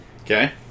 Okay